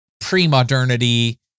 pre-modernity